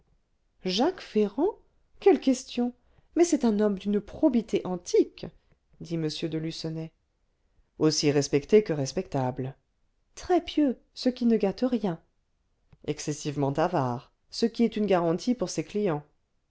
jacques ferrand quelle question mais c'est un homme d'une probité antique dit m de lucenay aussi respecté que respectable très pieux ce qui ne gâte rien excessivement avare ce qui est une garantie pour ses clients